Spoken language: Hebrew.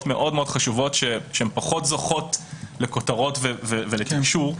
מאוד מאוד חשובות שהן פחות זוכות לכותרות ולקישור.